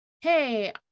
Hey